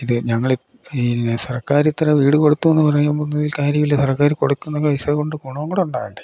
ഇത് ഞങ്ങൾ ഈ ഇതിന് സർക്കാർ ഇത്ര വീട് കൊടുത്തു എന്ന് പറയാമ്പോൾ അതിൽ കാര്യമില്ല സർക്കാർ കൊടുക്കുന്ന പൈസ കൊണ്ട് ഗുണം കൂടെ ഉണ്ടാകണ്ടേ